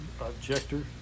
objector